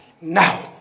now